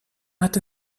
hat